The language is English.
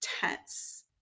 tense